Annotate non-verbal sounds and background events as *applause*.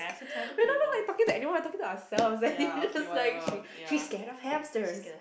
*noise* we never like talking to anyone we talking to ourselves then she just like she she's scared of hamsters